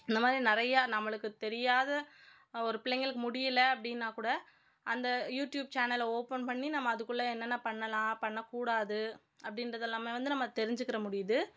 இந்தமாதிரி நிறையா நம்மளுக்கு தெரியாத ஒரு பிள்ளைகளுக்கு முடியல அப்படின்னா கூட அந்த யூடியூப் சேனலை ஓப்பன் பண்ணி நம்ம அதுக்குள்ளே என்னென்ன பண்ணலாம் பண்ணக்கூடாது அப்படின்றது எல்லாமே வந்து தெரிஞ்சிக்கிற முடியுது